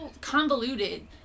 convoluted